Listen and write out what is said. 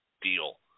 deal